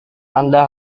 anda